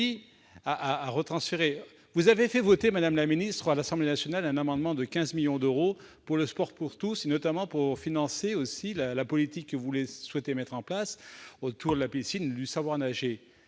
Vous avez fait voter, madame la ministre, à l'Assemblée nationale, un amendement de 15 millions d'euros en faveur du sport pour tous, notamment pour financer la politique que vous souhaitez mettre en place concernant les piscines et le savoir nager.